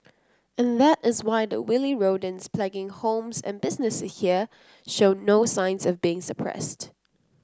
and that is why the wily rodents plaguing homes and businesses here show no signs of being suppressed